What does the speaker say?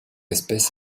espèce